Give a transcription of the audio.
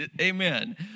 amen